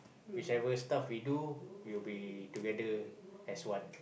whichever stuff we do we will be together as one